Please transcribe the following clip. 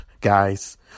guys